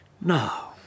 Now